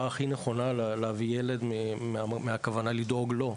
הכי נכונה להביא ילד מתוך כוונה לדאוג לו.